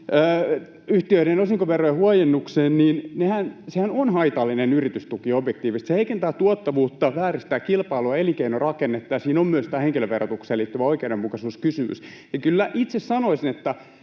yhtiöiden osinkoverojen huojennukseen, niin sehän on haitallinen yritystuki objektiivisesti. Se heikentää tuottavuutta, vääristää kilpailua ja elinkeinorakennetta, ja siinä on myös tämä henkilöverotukseen liittyvä oikeudenmukaisuuskysymys. Kyllä itse sanoisin, että